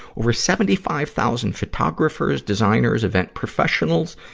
over seventy five thousand photographers, designers, event professionals,